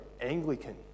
Anglican